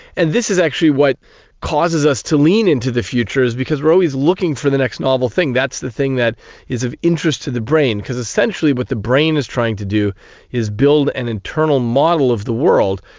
and this is actually what causes us to lean into the future is because we are always looking for the next novel thing, that's the thing that is of interest to the brain. because essentially what the brain is trying to do is build an internal model of the world.